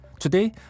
Today